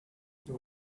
there